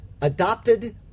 adopted